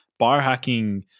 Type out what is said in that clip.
biohacking